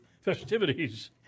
festivities